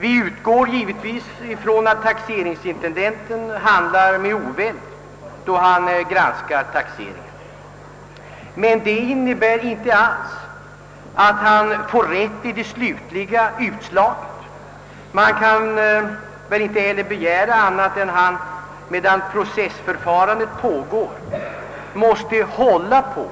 Vi utgår givetvis ifrån att taxeringsintendenten handlar med oväld vid granskningen av taxeringen, men detta innebär inte alls att han får rätt vid det slutliga utslaget. Man kan väl inte heller begära annat än att han medan processförfarandet pågår håller på